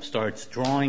starts drawing